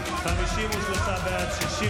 יום רביעי אם ירצה השם,